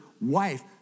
wife